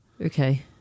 Okay